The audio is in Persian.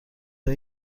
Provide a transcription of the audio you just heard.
های